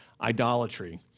idolatry